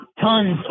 tons